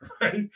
right